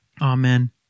Amen